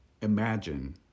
Imagine